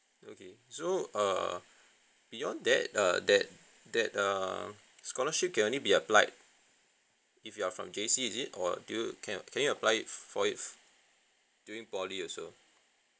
okay so err beyond that uh that that err scholarship can only be applied if you're from J_C is it or do you can can you apply it for it f~ during poly also